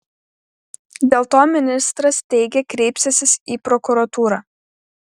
dėl to ministras teigė kreipsiąsis į prokuratūrą